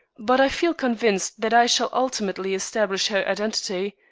but i feel convinced that i shall ultimately establish her identity.